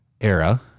era